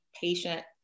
patient